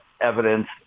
evidence